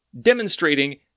demonstrating